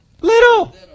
Little